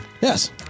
Yes